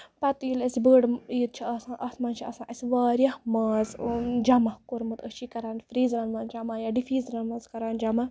پَتہٕ ییٚلہِ اَسہِ بٔڑ عیٖد چھےٚآسان اَتھ منٛز چھُ آسان اَسہِ واریاہ ماز جمع کوٚرمُت أسۍ چھِ یہِ کران فریٖزرَن منٛز جمع یا ڈِفریٖزرن منٛز کران جمع